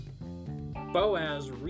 Boaz